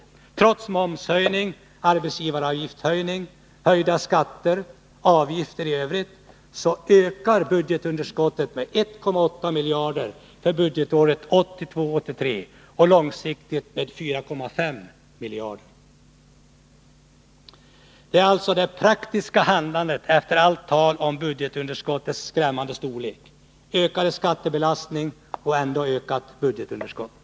Trots momshöjning, arbetsgivaravgiftshöjning, höjda skatter och avgifter i övrigt, så ökar budgetunderskottet för budgetåret 1982/83 med 1,8 miljarder och långsiktigt med 4,5 miljarder. Detta är alltså det praktiska handlandet efter allt tal om budgetunderskottets skrämmande storlek. Förslaget innebär ökad skattebelastning, men trots det ökat budgetunderskott.